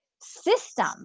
system